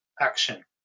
action